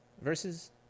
versus